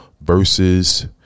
versus